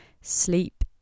sleep